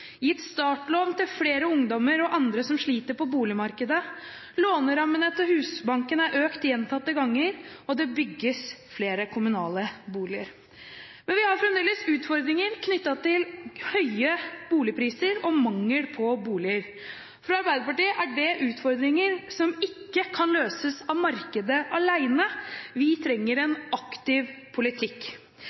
gitt startlån til flere ungdommer og andre som sliter på boligmarkedet, lånerammene til Husbanken er økt gjentatte ganger, og det bygges flere kommunale boliger. Men vi har fremdeles utfordringer knyttet til høye boligpriser og mangel på boliger. For Arbeiderpartiet er det utfordringer som ikke kan løses av markedet alene – vi trenger en aktiv politikk.